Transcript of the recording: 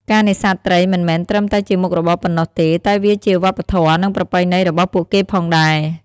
ការនេសាទត្រីមិនមែនត្រឹមតែជាមុខរបរប៉ុណ្ណោះទេ តែវាជាវប្បធម៌ និងប្រពៃណីរបស់ពួកគេផងដែរ។